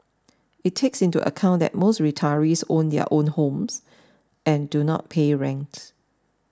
it takes into account that most retirees own their own homes and do not pay rents